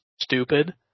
stupid